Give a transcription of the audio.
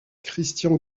christian